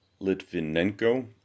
Litvinenko